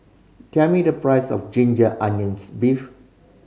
tell me the price of ginger onions beef